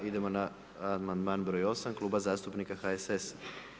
Idemo na amandman broj 8 Kluba zastupnika HSS-a.